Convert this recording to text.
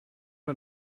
war